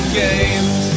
games